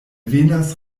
venas